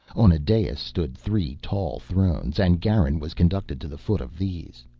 on a dais stood three tall thrones and garin was conducted to the foot of these.